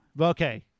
Okay